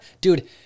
dude